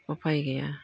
उफाय गैया